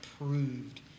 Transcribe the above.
approved